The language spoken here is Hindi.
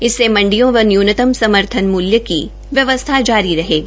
इससे से मंडियाँ व न्यूनतम समर्थन मूल्य की व्यवस्था जारी रहेगी